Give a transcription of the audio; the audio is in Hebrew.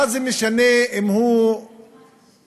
מה זה משנה אם הוא ייתלה,